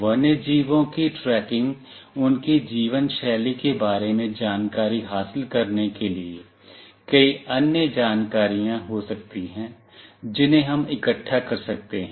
वन्यजीवों की ट्रैकिंग उनकी जीवन शैली के बारे में जानकारी हासिल करने के लिए कई अन्य जानकारियां हो सकती है जिन्हें हम इकट्ठा कर सकते हैं